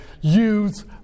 use